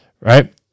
right